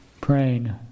praying